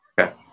Okay